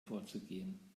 vorzugehen